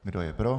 Kdo je pro?